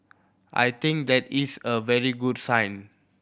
I think that is a very good sign